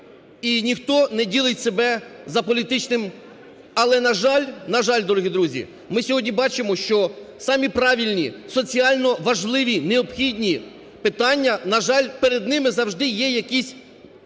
і ніхто не ділить себе за політичним… Але на жаль, на жаль, дорогі друзі, ми сьогодні бачимо, що самі правильні, соціально важливі, необхідні питання, на жаль, перед ними завжди є якісь,